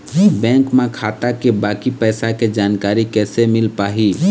Bank म खाता के बाकी पैसा के जानकारी कैसे मिल पाही?